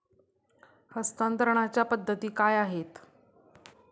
हस्तांतरणाच्या पद्धती काय आहेत?